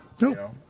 No